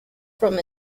from